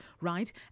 right